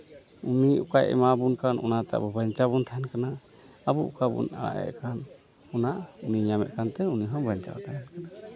ᱩᱱᱤ ᱚᱠᱟᱭ ᱮᱢᱟᱵᱚᱱ ᱠᱟᱱ ᱚᱱᱟᱛᱮ ᱟᱵᱚ ᱵᱟᱧᱪᱟᱣ ᱵᱚᱱ ᱛᱟᱦᱮᱱ ᱠᱟᱱᱟ ᱟᱵᱚ ᱚᱠᱟ ᱵᱚᱱ ᱟᱜ ᱮᱜ ᱠᱟᱱ ᱚᱱᱟ ᱧᱮᱞ ᱧᱟᱢᱮᱜ ᱠᱟᱱᱛᱮ ᱩᱱᱤ ᱦᱚᱸ ᱵᱟᱧᱪᱟᱣᱼᱮ ᱛᱟᱦᱮᱱ ᱠᱟᱱᱟ